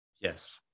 yes